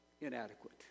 inadequate